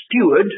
steward